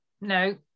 no